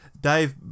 Dave